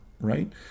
right